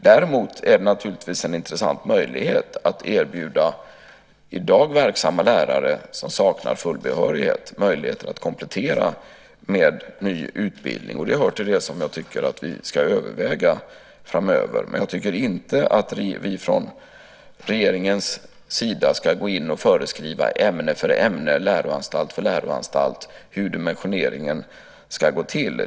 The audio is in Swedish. Däremot är det naturligtvis en intressant möjlighet att erbjuda i dag verksamma lärare som saknar full behörighet möjlighet att komplettera med ny utbildning. Det hör till det som jag tycker att vi ska överväga framöver. Jag tycker dock inte att vi från regeringens sida ska gå in och föreskriva ämne för ämne, läroanstalt för läroanstalt hur dimensioneringen ska gå till.